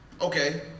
Okay